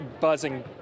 buzzing